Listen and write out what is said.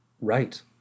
right